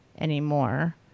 anymore